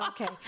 okay